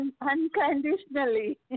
Unconditionally